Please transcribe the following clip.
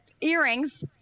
Earrings